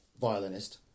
violinist